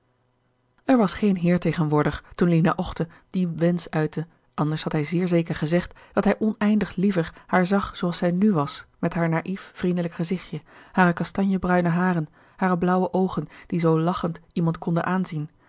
er was geen heer tegenwoordig toen lina ochten dien wensch uitte anders had hij zeer zeker gezegd dat hij oneindig liever haar zag zoo als zij nu was met haar naief vriendelijk gezichtje hare kastanje bruine haren hare blauwe oogen die zoo lachend iemand konden aanzien